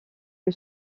que